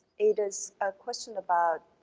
ada's question about